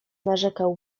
narzekał